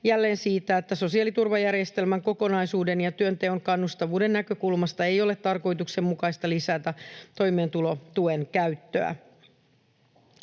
jälleen siitä, että sosiaaliturvajärjestelmän kokonaisuuden ja työnteon kannustavuuden näkökulmasta ei ole tarkoituksenmukaista lisätä toimeentulotuen käyttöä.